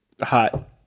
hot